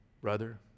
Brother